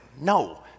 No